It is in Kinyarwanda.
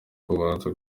kubanza